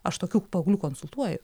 aš tokių paauglių konsultuoju